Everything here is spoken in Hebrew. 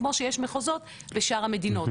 כמו שיש מחוזות בשאר המדינות.